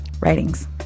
writings